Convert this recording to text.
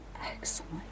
excellent